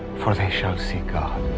for they shall see god.